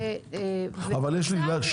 הבנו.